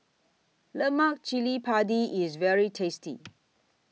Lemak Cili Padi IS very tasty